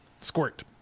Squirt